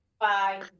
Bye